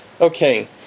Okay